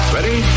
Ready